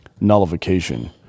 nullification